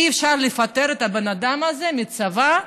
אי-אפשר לפטר את הבן אדם הזה מהצבא,